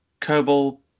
Kerbal